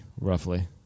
roughly